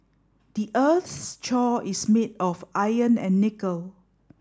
the earth's is made of iron and nickel